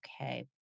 Okay